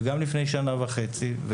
וגם לפני שנה וחצי,